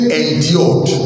endured